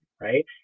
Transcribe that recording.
right